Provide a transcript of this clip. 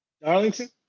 Darlington